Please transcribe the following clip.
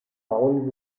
bauen